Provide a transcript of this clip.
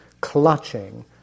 clutching